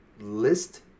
list